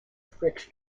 fix